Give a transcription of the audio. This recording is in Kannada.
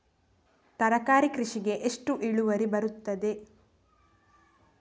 ತರಕಾರಿ ಕೃಷಿಗೆ ಎಷ್ಟು ಇಳುವರಿ ಬರುತ್ತದೆ?